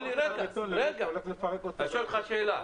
אני שואל אותך שאלה.